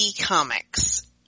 Comics